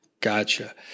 Gotcha